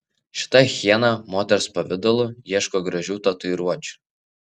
šita hiena moters pavidalu ieško gražių tatuiruočių